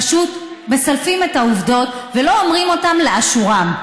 פשוט מסלפים את העובדות ולא אומרים אותן לאשורן.